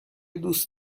دوست